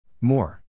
more